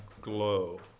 glow